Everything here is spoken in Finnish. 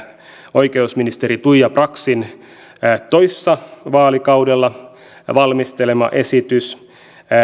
oikeusministeri tuija braxin toissa vaalikaudella valmistelema esitys